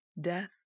death